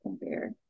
compare